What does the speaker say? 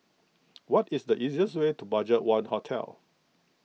what is the easiest way to Budgetone Hotel